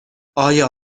آیا